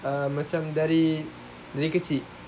um macam dari dari kecil